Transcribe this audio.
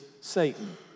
Satan